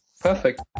Perfect